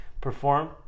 perform